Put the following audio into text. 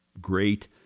great